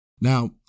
now